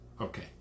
Okay